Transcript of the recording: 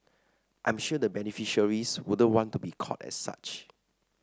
I'm sure the beneficiaries wouldn't want to be called as such